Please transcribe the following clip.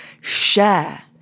Share